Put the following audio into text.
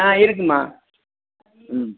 ஆ இருக்குதுமா ம்